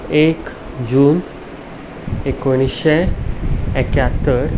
एक जून एकुणशे एक्यात्तर